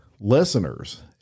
listeners